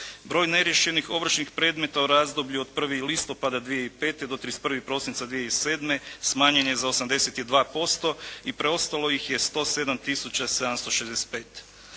Broj neriješenih ovršnih predmeta u razdoblju od 1. listopada 2005. do 31. prosinca 2007. smanjen je za 82% i preostalo ih je 107